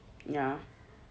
yeah